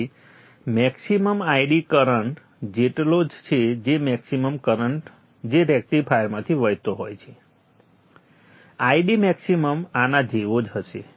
તેથી maximum Id current જેટલો જ છે જે મેક્સીમમ કરંટ જે રેક્ટિફાયરમાંથી વહેતો હોય છે Id મેક્સીમમ આના જેવો જ હશે